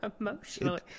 Emotionally